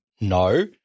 no